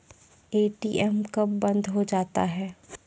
ATM कब बंद हो जाता हैं?